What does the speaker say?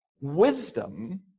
wisdom